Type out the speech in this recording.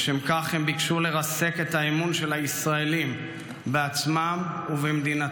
לשם כך הם ביקשו לרסק את האמון של הישראלים בעצמם ובמדינתם.